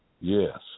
Yes